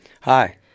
Hi